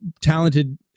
talented